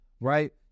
right